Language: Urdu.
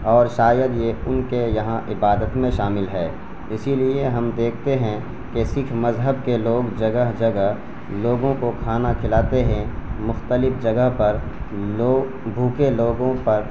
اور شاید یہ ان کے یہاں عبادت میں شامل ہے اسی لیے ہم دیکھتے ہیں کہ سکھ مذہب کے لوگ جگہ جگہ لوگوں کو کھانا کھلاتے ہیں مختلف جگہ پر لو بھوکے لوگوں پر